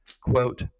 quote